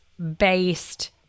based